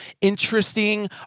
interesting